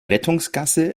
rettungsgasse